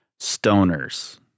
Stoners